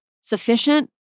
sufficient